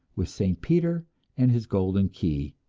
with st. peter and his golden key,